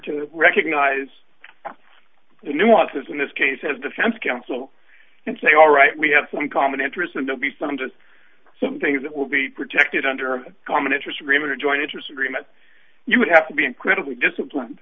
to recognise the nuances in this case as defense counsel and say all right we have some common interests and to be sometimes some things that will be protected under a common interest agreement a joint interest agreement you would have to be incredibly disciplined